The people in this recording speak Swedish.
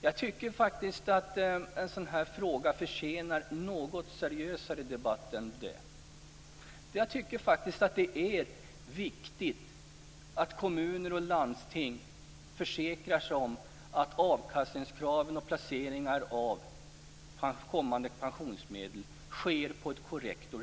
Jag tycker faktiskt att en sådan här fråga förtjänar en något seriösare debatt. Det är viktigt att kommuner och landsting försäkrar sig om att avkastningskrav tillgodoses och placeringar av kommande pensionsmedel sker på ett korrekt sätt.